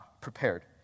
prepared